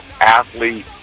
athlete